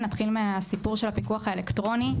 נתחיל מהסיפור של הפיקוח האלקטרוני.